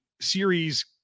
series